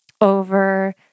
over